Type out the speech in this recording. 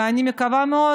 ואני מקווה מאוד,